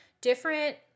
different